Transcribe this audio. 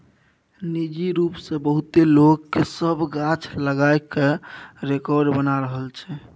निजी रूप सँ बहुते लोक सब गाछ लगा कय रेकार्ड बना रहल छै